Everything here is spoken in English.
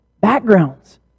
backgrounds